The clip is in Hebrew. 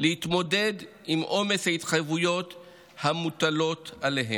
להתמודד עם עומס ההתחייבויות המוטלות עליהם.